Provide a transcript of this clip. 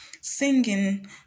singing